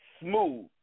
smooth